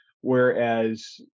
Whereas